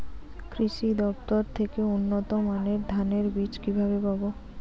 কৃষি দফতর থেকে উন্নত মানের ধানের বীজ কিভাবে পাব?